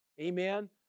Amen